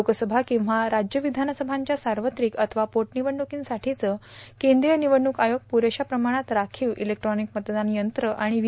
लोकसभा किंवा राज्य विषानसभांच्या सार्वत्रिक अथवा पोटनिवडणुक्रांसाठी केंद्रीय निवडणूक आयोग पुरेशा प्रमाणात राखीव इलेक्ट्रॉनिक मतदान यंत्र आणि वी